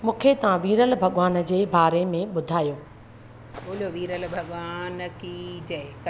मूंखे तव्हां वीरल भॻवान जे बारे में ॿुधायो बोलो वीरल भॻवान की जय